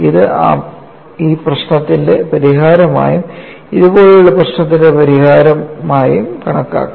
ഇത് ഈ പ്രശ്നത്തിന്റെ പരിഹാരമായും ഇതുപോലുള്ള പ്രശ്നത്തിന്റെ പരിഹാരമായും കണക്കാക്കാം